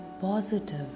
positive